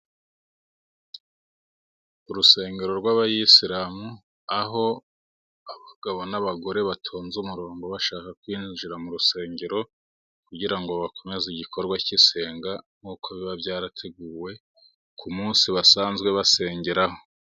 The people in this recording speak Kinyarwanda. Urusengero rw'abayisilamu, aho abagabo n'abagore batonnze umurongo bashaka kwinjira mu rusengero, kugira ngo bakomeze igikorwa k'isenga nkuko biba byarateguwe ku munsi basanzwe basengeraho.